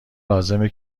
لازمه